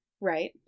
Right